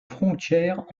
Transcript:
frontière